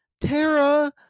Tara